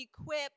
equip